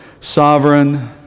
sovereign